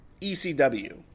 ECW